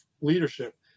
leadership